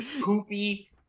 poopy